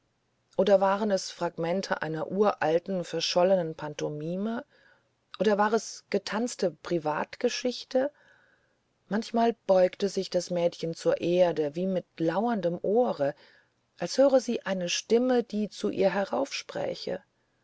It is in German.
oder waren es fragmente einer uralten verschollenen pantomime oder war es getanzte privatgeschichte manchmal beugte sich das mädchen zur erde wie mit lauerndem ohre als hörte sie eine stimme die zu ihr